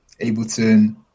Ableton